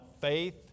faith